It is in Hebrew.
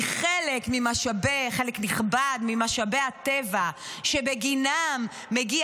כי חלק נכבד ממשאבי הטבע שבגינם מגיע